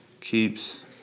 Keeps